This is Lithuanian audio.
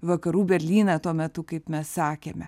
vakarų berlyną tuo metu kaip mes sakėme